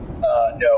No